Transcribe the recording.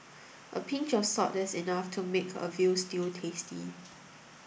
a pinch of salt is enough to make a veal stew tasty